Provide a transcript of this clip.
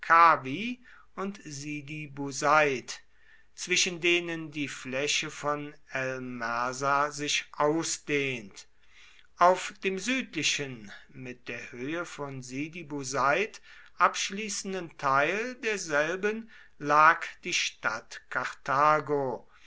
und sidi bu said zwischen denen die fläche von el mersa sich ausdehnt auf dem südlichen mit der höhe von sidi bu said abschließenden teil derselben lag die stadt karthago